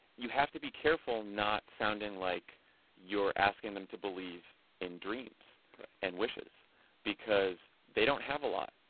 you have to be careful not sounding like you're asking them to believe in dreams and wishes because they don't have a lot.